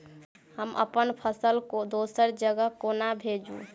हम अप्पन फसल दोसर जगह कोना भेजू?